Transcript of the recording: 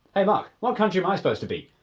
um um what country am i supposed to be?